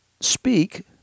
speak